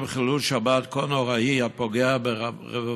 כולם חושבים שאנחנו יושבים ואנחנו נגד פסקת ההתגברות.